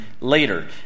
later